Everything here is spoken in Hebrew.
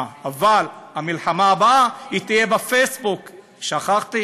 אבל המלחמה הבאה תהיה בפייסבוק, שכחתי.